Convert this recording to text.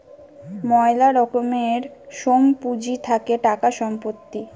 ময়লা রকমের সোম পুঁজি থাকে টাকা, সম্পত্তি